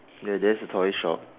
ya there's a toy shop